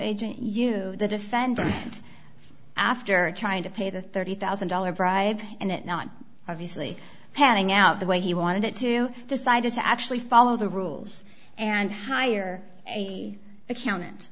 agent you the defendant after trying to pay the thirty thousand dollars bribe and it not obviously panning out the way he wanted it to decided to actually follow the rules and hire a accountant